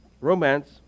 Romance